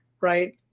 right